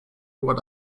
what